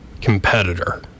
competitor